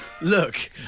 look